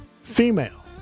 female